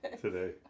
today